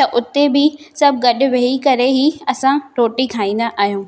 त हुते बि सभु गॾु वेही करे ई असां रोटी खाईंदा आहियूं